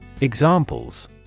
Examples